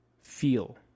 feel